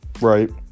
Right